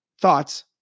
thoughts